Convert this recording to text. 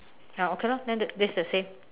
ya okay lor then this is the same